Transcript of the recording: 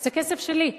זה כסף שלי,